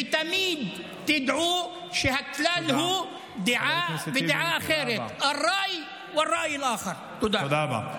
ותמיד תדעו שהכלל הוא דעה ודעה אחרת (חוזר על דבריו בערבית.) תודה רבה.